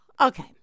Okay